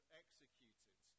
executed